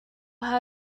how